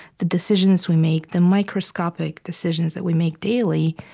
the decisions we make, the microscopic decisions that we make daily,